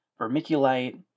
vermiculite